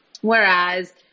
Whereas